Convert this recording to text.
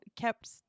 kept